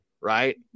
right